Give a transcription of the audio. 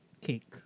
cake